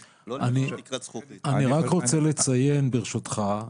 אני רק רוצה לציין, ברשותך.